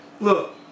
look